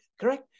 Correct